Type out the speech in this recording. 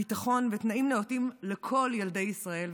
ביטחון ותנאים נאותים לכל ילדי ישראל,